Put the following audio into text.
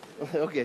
אוקיי.